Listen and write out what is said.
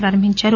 ప్రారంభించారు